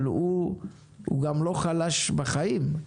הוא לא חלש בחיים.